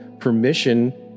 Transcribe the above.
permission